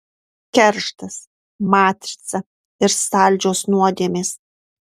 kerštas matrica ir saldžios nuodėmės